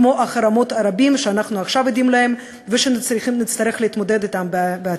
כמו החרמות הרבים שאנחנו עכשיו עדים להם ונצטרך להתמודד אתם בעתיד.